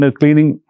cleaning